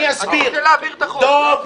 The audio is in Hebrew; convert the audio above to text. אני רוצה להעביר את החוק.